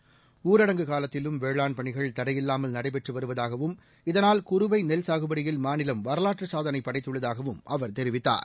seconds ஊரடங்கு காலத்திலும் வேளாண் பணிகள் தடையில்லாமல் நடைபெற்று வருவதாகவும் இதனால் குறுவை நெல் சாகுபடியில் மாநிலம் வரலாற்றுச் சாதனை படைத்துள்ளதாகவும் அவர் தெரிவித்தார்